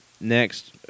Next